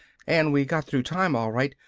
and we got through time, all right,